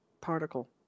particle